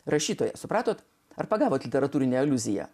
rašytoja supratote ar pagavo literatūrinė aliuzija